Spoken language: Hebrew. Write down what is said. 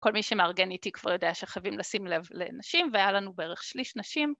כל מי שמארגן איתי כבר יודע שחייבים לשים לב לנשים והיה לנו בערך שליש נשים.